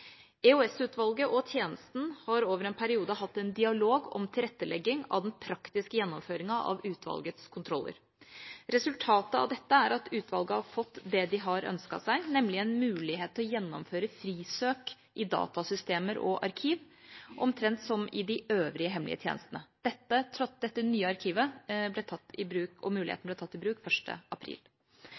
og tjenesten har over en periode hatt en dialog om tilrettelegging av den praktiske gjennomføringen av utvalgets kontroller. Resultatet av dette er at utvalget har fått det de har ønsket seg, nemlig en mulighet til å gjennomføre frisøk i datasystemer og arkiv, omtrent som i de øvrige hemmelige tjenestene. Dette nye arkivet og muligheten ble tatt i bruk 1. april. Denne omfattende omorganiseringen er en nyvinning, og